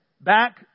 back